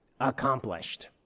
accomplished